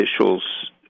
officials